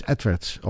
Edwards